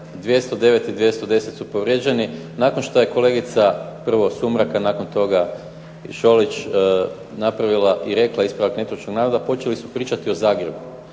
209. i 210. su povrijeđeni. Nakon što je kolegica prvo Sumrak, a nakon toga i kolegica Šolić napravila i rekla ispravak netočnog navoda počeli su pričati o Zagrebu.